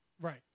right